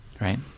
right